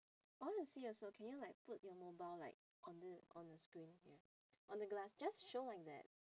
I want to see also can you like put your mobile like on the on the screen here on the glass just show like that